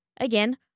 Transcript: again